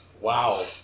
Wow